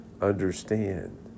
understand